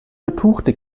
betuchte